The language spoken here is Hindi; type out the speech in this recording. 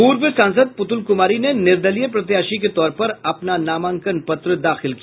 पूर्व सांसद पुतुल कुमारी ने निर्दलीय प्रत्याशी के तौर पर अपना नामांकन पत्र दाखिल किया